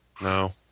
No